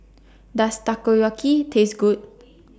Does Takoyaki Taste Good